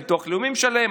לביטוח לאומי משלמים,